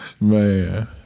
Man